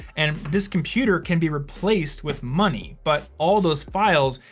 and this computer can be replaced with money, but all those files,